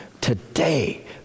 Today